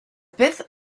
fifth